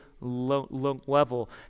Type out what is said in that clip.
level